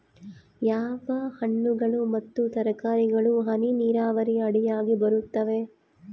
ಯಾವ ಹಣ್ಣುಗಳು ಮತ್ತು ತರಕಾರಿಗಳು ಹನಿ ನೇರಾವರಿ ಅಡಿಯಾಗ ಬರುತ್ತವೆ?